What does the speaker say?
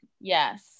Yes